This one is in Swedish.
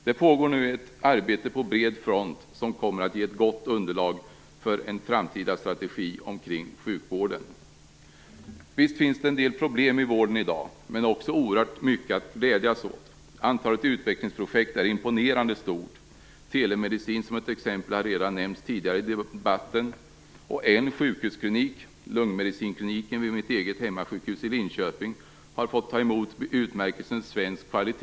Det pågår nu på bred front ett arbete som kommer att ge ett gott underlag för en framtida strategi för sjukvården. Visst finns det där en del problem i vården, men det finns också oerhört mycket att glädjas åt. Antalet utvecklingsprojekt är imponerande stort. Telemedicin är ett exempel som redan nämnts i debatten. En sjukhusklinik, lungmedicinkliniken på mitt eget hemmasjukhus i Linköping, har fått utmärkelsen Svensk kvalitet.